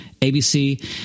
ABC